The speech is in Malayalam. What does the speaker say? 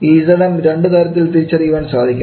ഈ Zm രണ്ടു തരത്തിൽ തിരിച്ചറിയാൻ സാധിക്കും